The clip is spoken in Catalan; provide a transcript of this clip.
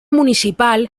municipal